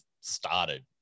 started